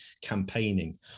campaigning